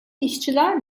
işçiler